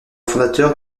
fondateur